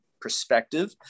perspective